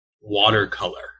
watercolor